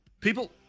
People